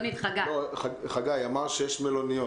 אמר חגי שיש מלוניות.